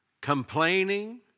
complaining